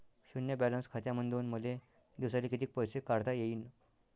शुन्य बॅलन्स खात्यामंधून मले दिवसाले कितीक पैसे काढता येईन?